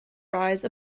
rise